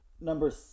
number